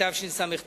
התשס"ט